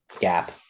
Gap